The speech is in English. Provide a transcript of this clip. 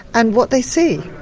and what they see.